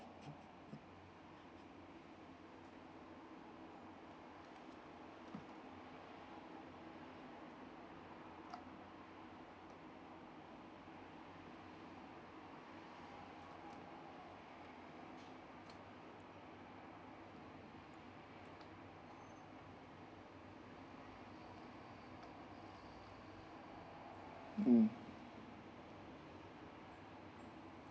mm